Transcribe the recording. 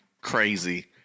crazy